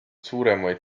suuremaid